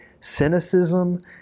cynicism